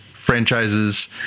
franchises